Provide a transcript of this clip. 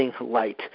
Light